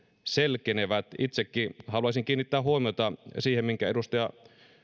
selkenevät itsekin haluaisin kiinnittää huomiota siihen minkä edustaja